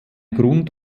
grund